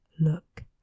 look